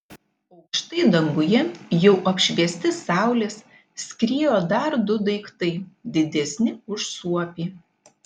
aukštai danguje jau apšviesti saulės skriejo dar du daiktai didesni už suopį